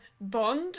bond